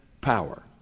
power